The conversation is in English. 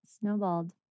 Snowballed